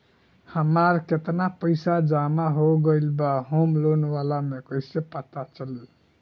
हमार केतना पईसा जमा हो गएल बा होम लोन वाला मे कइसे पता चली?